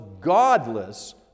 godless